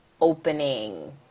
opening